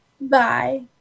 Bye